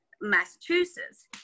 Massachusetts